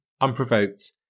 unprovoked